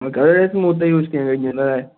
അതുവരെ സ്മുത്തായി യൂസ് ചെയ്യാൻ കഴിഞ്ഞല്ലേ